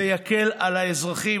זה יקל על האזרחים.